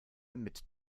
mit